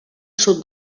sud